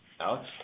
Alex